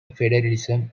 federalism